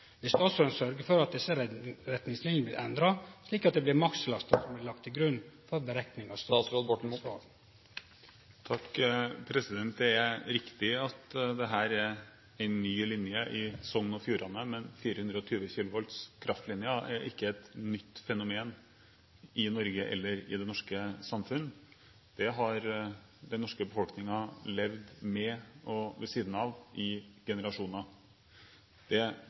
Vil statsråden sørgje for at desse retningslinjene blir endra, slik at det blir makslasta som blir lagd til grunn for berekning av strålingsfare? Det er riktig at dette er en ny linje i Sogn og Fjordane, men 420 kW-kraftlinjer er ikke et nytt fenomen i Norge eller i det norske samfunnet. Det har den norske befolkningen levd med og ved siden av i generasjoner. Det